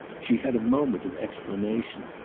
she had a moment of explanation.